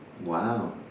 Wow